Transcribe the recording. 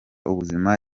ubuzima